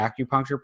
acupuncture